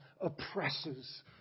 oppresses